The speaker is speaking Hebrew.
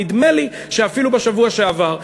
נדמה לי שאפילו בשבוע שעבר,